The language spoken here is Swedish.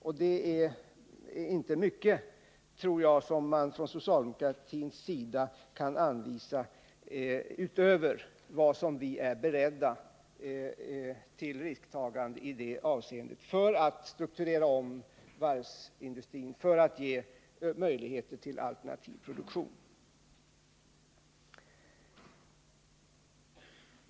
Jag tror att man från socialdemokratins sida inte kan anvisa så mycket mer utöver det som vi är beredda till när det gäller risktaganden för att strukturera om varvsindustrin och för att skapa möjligheter till alternativ produktion.